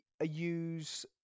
use